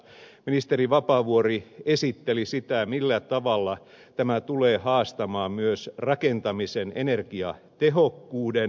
ministeri vapaavuori esitteli sitä millä tavalla tämä tulee haastamaan myös rakentamisen energiatehokkuuden